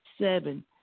Seven